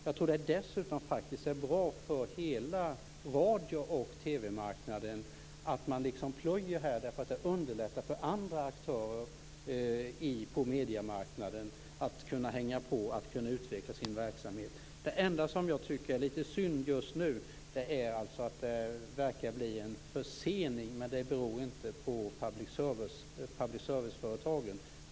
Jag tror dessutom att det är bra för hela radio och TV marknaden att man liksom plöjer här, därför att det underlättar för andra aktörer på mediemarknaden att hänga på och utveckla sin verksamhet. Det enda som jag tycker är lite synd just nu är att det verkar bli en försening, men det beror inte på public service-företagen.